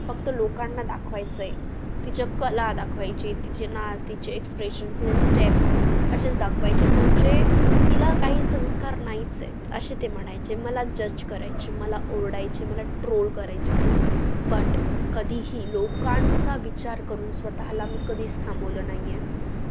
फक्त लोकांना दाखवायचं आहे तिच्या कला दाखवायचे तिचे नाच तिचे एक्सप्रेशन तिचे स्टेप्स असेच दाखवायचे म्हणजे हिला काही संस्कार नाहीच आहेत असे ते म्हणायचे मला जज करायचे मला ओरडायचे मला ट्रोल करायचे बट कधीही लोकांचा विचार करून स्वतःला मी कधीच थांबवलं नाही आहे